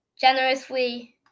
Generously